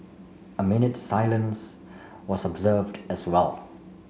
a minute's silence was observed as well